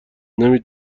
نمی